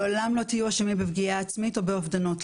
לעולם לא תהיו אשמים בפגיעה עצמית או באובדנות.